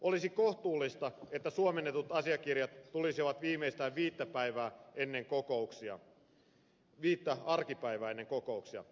olisi kohtuullista että suomennetut asiakirjat tulisivat viimeistään viisi arkipäivää ennen kokouksia